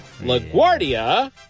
LaGuardia